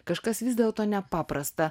kažkas vis dėlto nepaprasta